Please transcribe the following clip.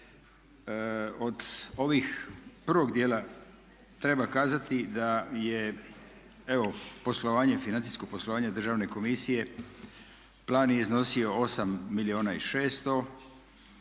Od ovih prvog dijela treba kazati da je evo poslovanje, financijsko poslovanje Državne komisije, plan je iznosio milijuna i 600,